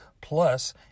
plus